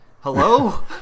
hello